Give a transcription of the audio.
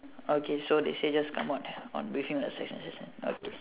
okay so they say just come out on briefing okay